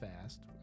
fast